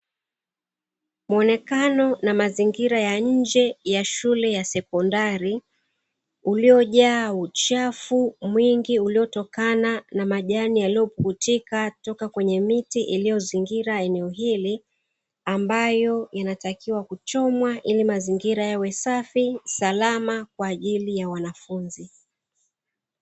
Muonekano na mazingira ya nje ya shule ya sekondari uliojaa uchafu mwingi uliotokana na majani yaliyopuputika kutoka kwenye miti iliyozingira eneo hili, ambayo inatakiwa kuchomwa ili mazingira yawe safi na salama kwa ajili ya wanafunzi.